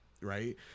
right